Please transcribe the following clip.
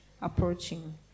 approaching